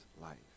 life